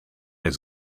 his